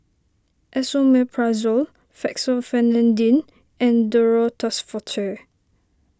Esomeprazole Fexofenadine and Duro Tuss Forte